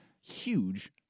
Huge